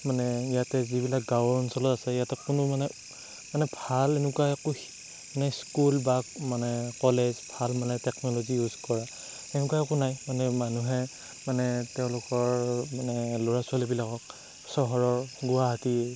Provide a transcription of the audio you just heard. ক্মানে ইয়াতে যোনবিলাক গাওঁ অঞ্চল আছে ইয়াতে কোনো মানে ভাল এনেকুৱা কোনো স্কুল বা কলেজ ভাল মানে টেকনলজি ইউজ কৰা তেনেকুৱা একো নাই মানুহে মানে তেওঁলোকৰ ল'ৰা ছোৱালীবিলাকক চহৰৰ গুৱাহাটীৰ